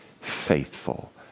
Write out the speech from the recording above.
faithful